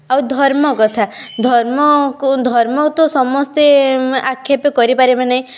ଆଉ ଧର୍ମ କଥା ଧର୍ମ ଧର୍ମ ତ ସମସ୍ତେ ଆକ୍ଷେପ କରିପାରିବେ ନାହିଁ